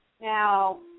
Now